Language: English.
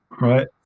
right